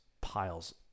piles